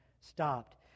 stopped